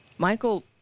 Michael